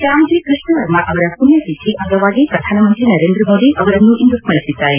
ಶ್ಚಾಮ್ಜಿ ಕೃಷ್ಣ ವರ್ಮ ಅವರ ಪುಣ್ಜ ತಿಥಿ ಅಂಗವಾಗಿ ಪ್ರಧಾನ ಮಂತ್ರಿ ನರೇಂದ್ರ ಮೋದಿ ಅವರನ್ನು ಇಂದು ಸ್ಥರಿಸಿದ್ದಾರೆ